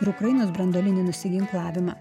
ir ukrainos branduolinį nusiginklavimą